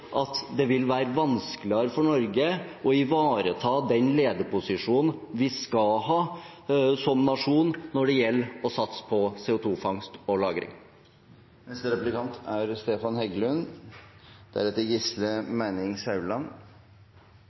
at det vil være vanskeligere for Norge å ivareta den lederposisjonen vi skal ha som nasjon når det gjelder å satse på CO 2 -fangst og lagring. Det er